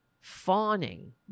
fawning